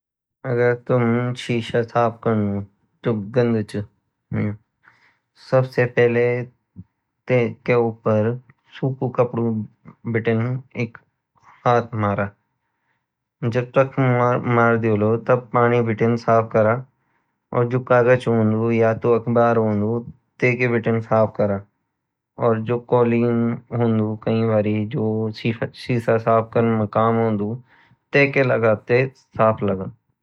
अगर तुम शिक्षा साफ करणु जो गन्दा चै सबसे पहले तेके उप्पर सुखु खापड़ु बीतीं हाथ मारा जब ते मर ड्युलु तब पानी बीतीं साफ करा और जो कागज़ हुंदु यतो अख़बार होंडुय तेका बीतीं साफ करा और जो कोलिन होन्दु कई बरी जो शिक्षा साफ कर्ण मई काम औन्दु तेके लगा ते साफ अगन